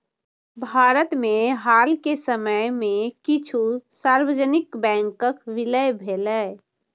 भारत मे हाल के समय मे किछु सार्वजनिक बैंकक विलय भेलैए